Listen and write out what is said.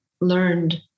learned